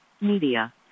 Media